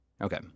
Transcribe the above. Okay